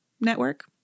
network